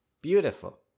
Beautiful